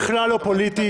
בכלל לא פוליטית.